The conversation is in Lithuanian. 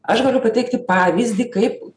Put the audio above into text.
aš galiu pateikti pavyzdį kaip